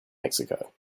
mexico